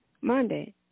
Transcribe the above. Monday